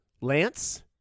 Lance